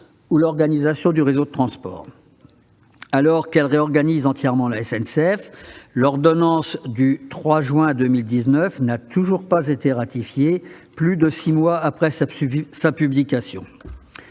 ou l'organisation du réseau de transport. Alors qu'elle réorganise entièrement la SNCF, l'ordonnance du 3 juin 2019 n'a toujours pas été ratifiée, plus de six mois après sa publication.